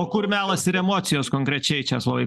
o kur melas ir emocijos konkrečiai česlovai